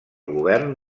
govern